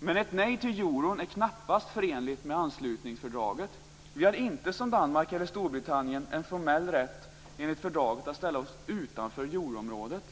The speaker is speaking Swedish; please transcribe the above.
Men ett nej till euron är knappast förenligt med anslutningsfördraget. Vi har inte som Danmark eller Storbritannien en formell rätt enligt fördraget att ställa oss utanför euroområdet.